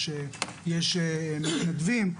יש מתנדבים,